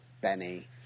Benny